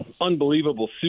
unbelievable